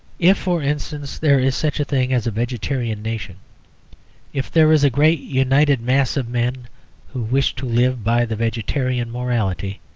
if, for instance, there is such a thing as a vegetarian nation if there is a great united mass of men who wish to live by the vegetarian morality,